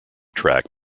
track